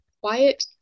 quiet